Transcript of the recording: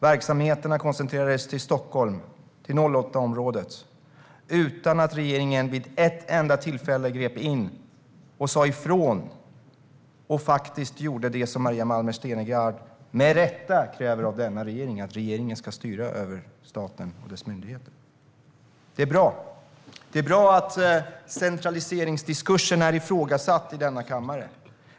Verksamheterna koncentrerades till Stockholm, till 08-området, utan att regeringen vid ett enda tillfälle grep in, sa ifrån och faktiskt gjorde det som Maria Malmer Stenergard med rätta kräver av regeringen, nämligen att regeringen ska styra över staten och dess myndigheter. Det är bra att centraliseringsdiskursen är ifrågasatt i denna kammare.